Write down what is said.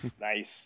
Nice